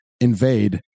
Invade